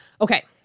Okay